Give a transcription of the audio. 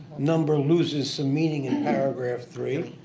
number loses some meaning in paragraph three,